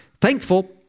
thankful